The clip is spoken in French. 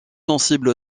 sensibles